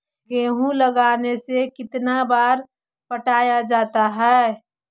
गेहूं लगने से कितना बार पटाया जाता है?